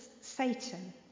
Satan